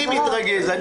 אני מתרגז.